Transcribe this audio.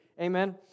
Amen